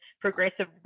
progressive